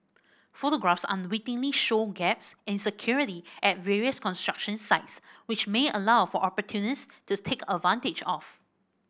photographs unwittingly show gaps in security at various construction sites which may allow for opportunists to take advantage of